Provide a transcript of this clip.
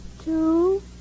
two